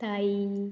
ताई